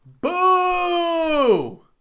BOO